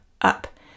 up